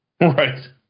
Right